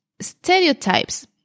stereotypes